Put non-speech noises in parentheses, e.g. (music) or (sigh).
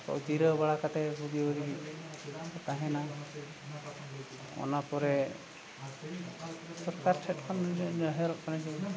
ᱡᱤᱨᱟᱹᱣ ᱵᱟᱲᱟ ᱠᱟᱛᱮ (unintelligible) ᱛᱟᱦᱮᱱᱟ ᱚᱱᱟ ᱯᱚᱨᱮ ᱥᱚᱨᱠᱟᱨ ᱴᱷᱮᱱᱠᱷᱚᱱ (unintelligible)